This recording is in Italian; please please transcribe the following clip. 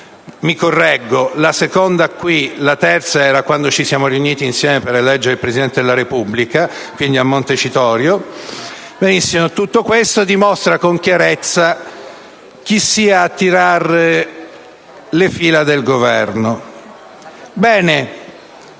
mi correggo, la seconda qui, la terza è stata quando ci siamo riuniti insieme per eleggere il Presidente della Repubblica, quindi a Montecitorio - dimostra con chiarezza chi sia a tirare le fila del Governo. Bene,